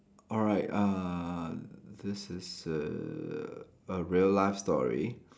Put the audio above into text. alright uh this is err a real life story